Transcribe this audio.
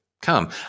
come